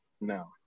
No